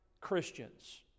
Christians